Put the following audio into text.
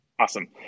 Awesome